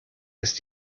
ist